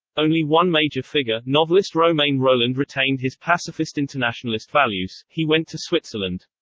only one major figure, novelist romain rolland retained his pacifist internationalist values he went to switzerland.